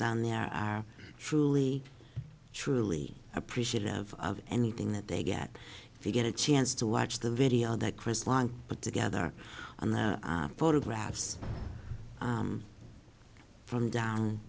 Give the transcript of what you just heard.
down there are truly truly appreciate of anything that they get if you get a chance to watch the video that chris long but together and the photographs from down